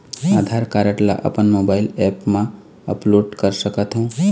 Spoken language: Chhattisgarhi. आधार कारड ला अपन मोबाइल ऐप मा अपलोड कर सकथों?